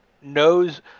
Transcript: knows